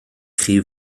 chi